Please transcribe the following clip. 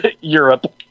Europe